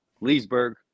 Leesburg